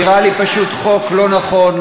נראה לי פשוט חוק לא נכון,